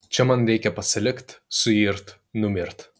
čia man reikia pasilikt suirt numirt